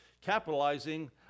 capitalizing